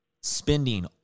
spending